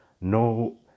no